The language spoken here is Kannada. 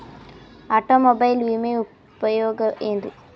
ಆಟೋಮೊಬೈಲ್ ವಿಮೆಯ ಉಪಯೋಗ ಏನ್ರೀ?